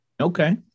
Okay